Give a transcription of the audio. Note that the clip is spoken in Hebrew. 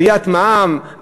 עליית מע"מ,